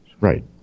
Right